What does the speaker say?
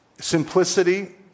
Simplicity